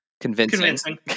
convincing